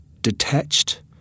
detached